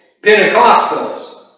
Pentecostals